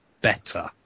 better